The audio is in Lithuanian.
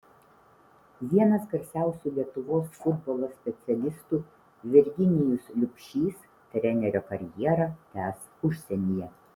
vienas garsiausių lietuvos futbolo specialistų virginijus liubšys trenerio karjerą tęs užsienyje